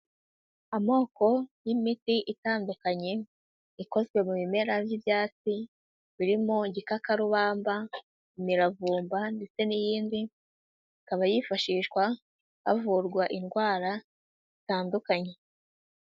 Amoko y'imiti itandukanye ikozwe mu bimera by'ibyatsi birimo igikakarubamba, imiravumba ndetse n'iyindi, ikaba yifashishwa havurwa indwara zitandukanye.